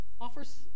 offers